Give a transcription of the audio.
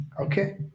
okay